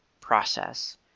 process